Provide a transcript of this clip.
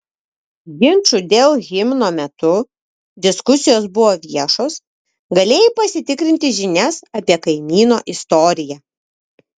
ginčų dėl himno metu diskusijos buvo viešos galėjai pasitikrinti žinias apie kaimyno istoriją